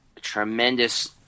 tremendous